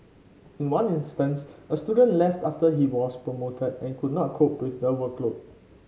in one instance a student left after he was promoted and could not cope with the workload